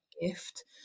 gift –